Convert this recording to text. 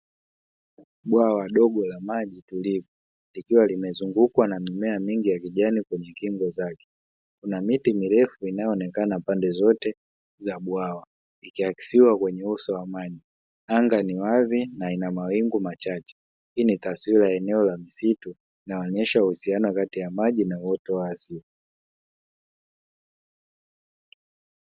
Bwawa dogo la maji tulivu, likiwa limezungukwa na mimea mingi ya kijani kwenye kingo zake, kuna miti mirefu inayoonekana pande zote za bwawa, likiakisiwa kwenye uso wa maji, anga ni wazi na ina mawingu machache. Hii ni taswira ya eneo la msitu, inayoonyesha uhusiano kati ya maji na uoto wa asili.